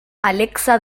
alexa